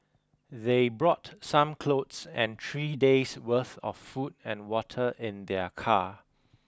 they brought some clothes and three days' worth of food and water in their car